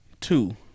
Two